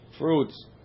fruits